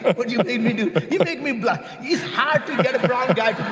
but you made me do? you made me blush. it's hard to get a brown guy